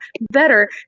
better